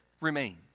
remains